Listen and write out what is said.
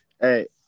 Hey